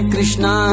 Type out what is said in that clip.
Krishna